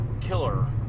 killer